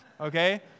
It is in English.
okay